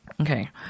Okay